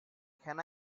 can